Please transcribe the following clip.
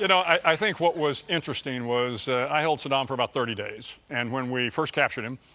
and i think what was interesting was i held saddam for about thirty days. and when we first captured him,